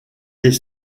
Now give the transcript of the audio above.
les